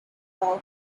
paul